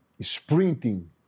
sprinting